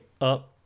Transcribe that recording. up